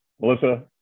Melissa